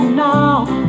now